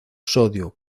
sodio